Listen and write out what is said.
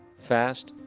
fast,